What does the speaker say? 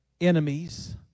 enemies